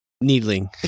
Needling